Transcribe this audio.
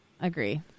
Agree